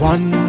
One